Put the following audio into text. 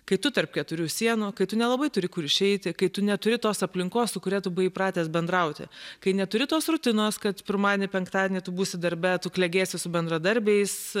kai tu tarp keturių sienų kai tu nelabai turi kur išeiti kai tu neturi tos aplinkos su kuria tu buvai įpratęs bendrauti kai neturi tos rutinos kad pirmadienį penktadienį tu būsi darbe tu klegėsi su bendradarbiais